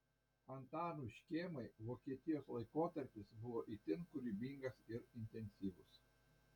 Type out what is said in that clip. antanui škėmai vokietijos laikotarpis buvo itin kūrybingas ir intensyvus